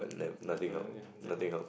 never in that way